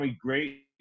great